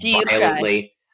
violently